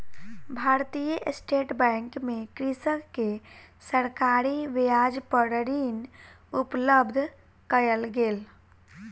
भारतीय state bank मे कृषक के सरकारी ब्याज पर ऋण उपलब्ध कयल गेल